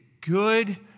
good